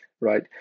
right